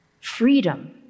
Freedom